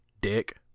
dick